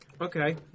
okay